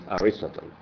Aristotle